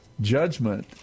judgment